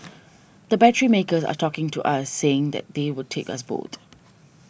the battery makers are talking to us saying that they would take us both